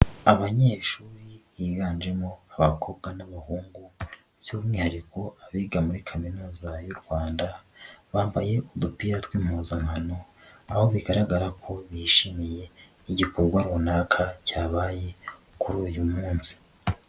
Abanyeshuri biganjemo abakobwa n'abahungu by'umwihariko abiga muri Kaminuza y'u Rwanda, bambaye udupira tw'impuzamao aho bigaragara ko bishimiye igikorwa runaka cyabaye kuri uyu munsi.